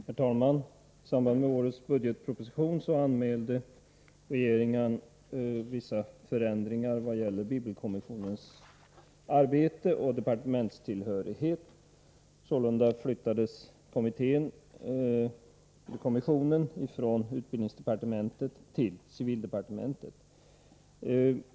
Herr talman! I samband med årets budgetproposition anmälde regeringen vissa förändringar vad gäller bibelkommissionens arbete och departementstillhörighet. Sålunda flyttades kommissionen från utbildningsdepartementet till civildepartementet.